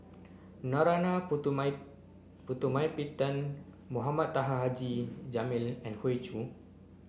Narana Putumaippittan Mohamed Taha Haji Jamil and Hoey Choo